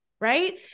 Right